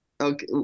Okay